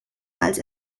als